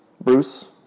Bruce